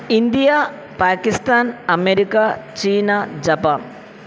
India Pakistan America China Japan